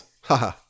haha